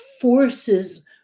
forces